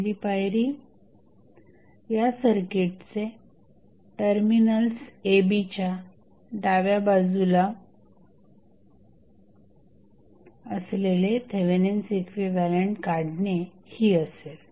पहिली पायरी या सर्किटचे टर्मिनल्स a b च्या डाव्या बाजूला असलेले थेवेनिन्स इक्विव्हॅलंट काढणे ही असेल